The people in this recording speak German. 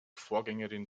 vorgängerin